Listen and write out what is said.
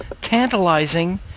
tantalizing